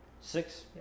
six